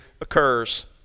occurs